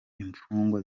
imfungwa